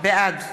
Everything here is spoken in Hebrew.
בעד